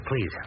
please